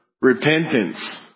repentance